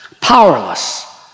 powerless